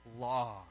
law